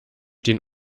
den